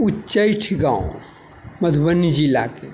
उच्चैठ गाँव मधुबनी जिलाके